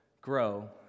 grow